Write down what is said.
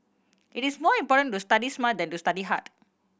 it is more important to study smart than to study hard